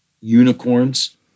unicorns